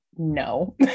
no